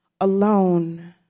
alone